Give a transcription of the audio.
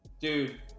Dude